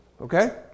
okay